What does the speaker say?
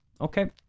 Okay